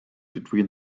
between